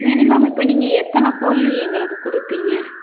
minimum இப்போ நீங்கள் எத்தனை கோழி எங்களுக்கு கொடுப்பீங்க